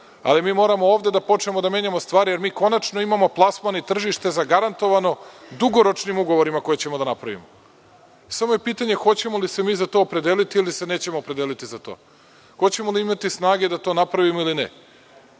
ali moramo ovde da počnemo da menjamo stvari jer konačno imamo plasman i tržište zagarantovano dugoročnim ugovorima koje ćemo da ugovorimo. Samo je pitanje hoćemo li se za to opredeliti ili ne, hoćemo li imati snage da to napravimo ili